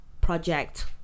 project